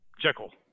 Jekyll